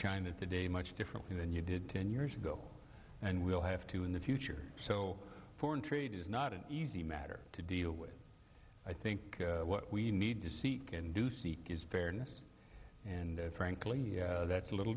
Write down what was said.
china today much differently than you did ten years ago and will have to in the future so foreign trade is not an easy matter to deal with i think what we need to see and do see is fairness and frankly that's a little